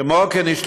כמו כן,